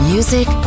Music